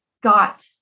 got